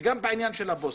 וגם בעניין של הפוסטה.